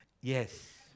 yes